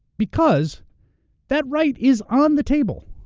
because that right is on the table.